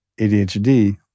ADHD